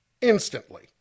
Instantly